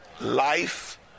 life